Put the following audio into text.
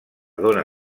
dóna